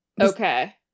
Okay